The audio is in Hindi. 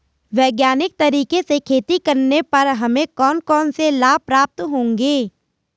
वैज्ञानिक तरीके से खेती करने पर हमें कौन कौन से लाभ प्राप्त होंगे?